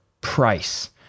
price